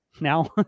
now